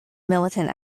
militant